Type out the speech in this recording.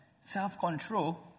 self-control